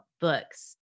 books